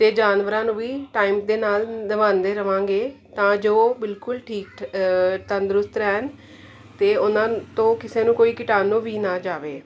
ਅਤੇ ਜਾਨਵਰਾਂ ਨੂੰ ਵੀ ਟਾਈਮ ਦੇ ਨਾਲ ਨਵਾਉਂਦੇ ਰਵਾਂਗੇ ਤਾਂ ਜੋ ਉਹ ਬਿਲਕੁਲ ਠੀ ਤੰਦਰੁਸਤ ਰਹਿਣ ਅਤੇ ਉਹਨਾਂ ਤੋਂ ਕਿਸੇ ਨੂੰ ਕੋਈ ਕੀਟਾਣੂ ਵੀ ਨਾ ਜਾਵੇ